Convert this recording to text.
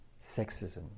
sexism